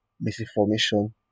misinformation